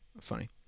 funny